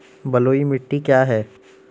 बलुई मिट्टी क्या है?